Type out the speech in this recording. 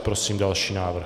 Prosím další návrh.